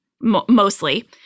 mostly